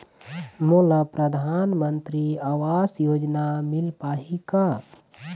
मोला परधानमंतरी आवास योजना मिल पाही का?